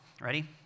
Ready